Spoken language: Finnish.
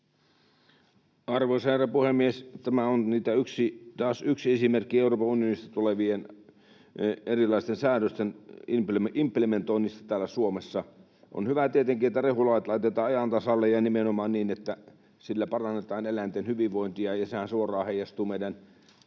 Arvoisa herra puhemies! Tämä on taas yksi esimerkki Euroopan unionista tulevien erilaisten säädösten implementoinnista täällä Suomessa. On hyvä tietenkin, että rehulait laitetaan ajan tasalle ja nimenomaan niin, että niillä parannetaan eläinten hyvinvointia, sehän suoraan heijastuu meidän